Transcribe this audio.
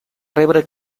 rebre